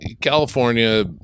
California